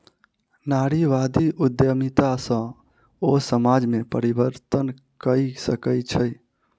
नारीवादी उद्यमिता सॅ ओ समाज में परिवर्तन कय सकै छै